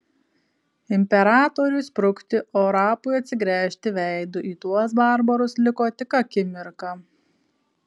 imperatoriui sprukti o rapui atsigręžti veidu į tuos barbarus liko tik akimirka